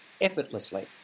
effortlessly